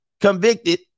convicted